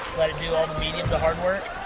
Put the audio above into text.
let it do all the medium to hard work,